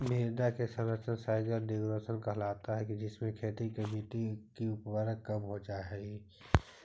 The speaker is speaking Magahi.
मृदा का क्षरण सॉइल डिग्रेडेशन कहलाता है जिससे खेती युक्त मिट्टी की उर्वरता कम हो जा हई